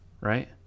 right